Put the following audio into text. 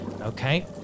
Okay